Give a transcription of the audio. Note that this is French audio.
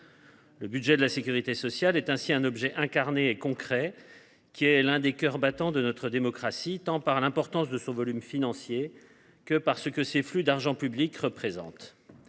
Le budget de la sécurité sociale est ainsi un objet incarné et concret, qui est l’un des cœurs battants de notre démocratie, par l’importance de son volume financier comme par ce que ces flux d’agent public représentent